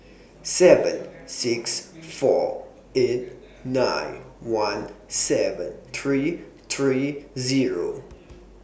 seven six four eight nine one seven three three Zero